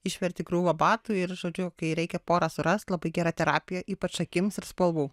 išverti krūvą batų ir žodžiu kai reikia porą surast labai gera terapija ypač akims ir spalvų